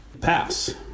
pass